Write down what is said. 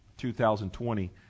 2020